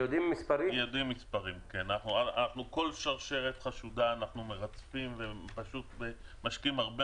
כל שרשרת חשודה אנחנו מרצפים ומשקיעים הרבה